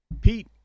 Pete